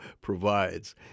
provides